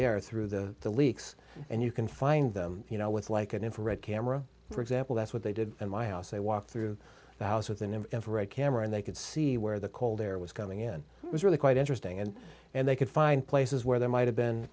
air through the leaks and you can find them you know with like an infrared camera for example that's what they did in my house they walked through the house with an infrared camera and they could see where the cold air was coming in it was really quite interesting and and they could find places where there might have been